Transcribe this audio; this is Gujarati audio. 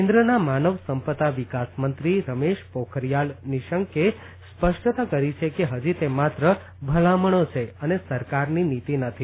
કેન્દ્રના માનવ સંપદા વિકાસ મંત્રી રમેશ પોખરિયાલ નિશંકે સ્પષ્ટતા કરી છે કે હજી તે માત્ર ભલામણો છે અને સરકારની નીતિ નથી